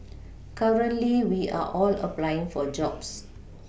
currently we are all applying for jobs